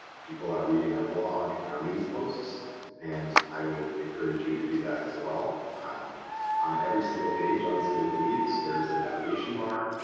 people are reading our blog and our news posts and i would encourage you to do that as well. on on every single page on civicleads there's a navigation bar,